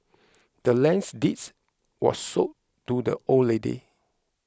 the land's deeds was sold to the old lady